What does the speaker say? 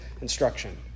instruction